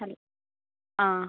hello ആ